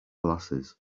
glasses